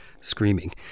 screaming